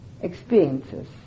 experiences